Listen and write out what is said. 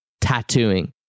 tattooing